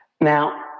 Now